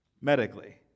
Medically